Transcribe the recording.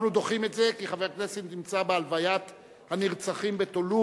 אנחנו דוחים את זה כי חבר הכנסת נמצא בהלוויית הנרצחים בטולוז,